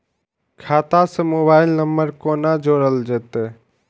खाता से mobile number कोना जोरल जेते?